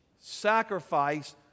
sacrifice